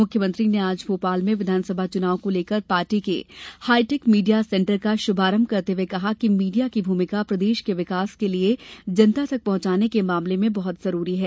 मुख्यमंत्री ने आज भोपाल में विधानसभा चुनाव को लेकर पार्टी के हाईटेक मीडिया सेंटर का शुभारंभ करते हुये कहा कि मीडिया की भूमिका प्रदेश के विकास के लिए जनता तक पहुंचाने के मामले में बहुत जरूरी है